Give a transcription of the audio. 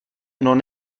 non